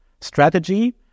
strategy